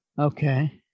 Okay